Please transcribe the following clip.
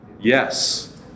Yes